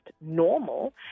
normal